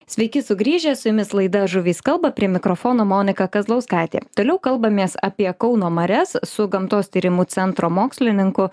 sveiki sugrįžę su jumis laida žuvys kalba prie mikrofono monika kazlauskaitė toliau kalbamės apie kauno marias su gamtos tyrimų centro mokslininku